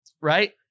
right